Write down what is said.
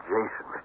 Jason